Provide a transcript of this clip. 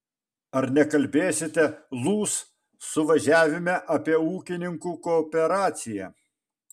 ar nekalbėsite lūs suvažiavime apie ūkininkų kooperaciją